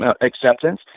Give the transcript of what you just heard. acceptance